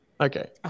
Okay